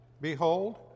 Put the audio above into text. Behold